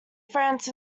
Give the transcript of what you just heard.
france